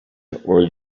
were